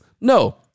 No